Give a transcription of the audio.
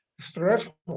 stressful